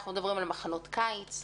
אנחנו מדברים על מחנות קיץ,